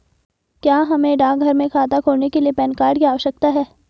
क्या हमें डाकघर में खाता खोलने के लिए पैन कार्ड की आवश्यकता है?